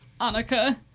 Annika